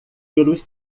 pelos